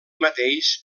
mateix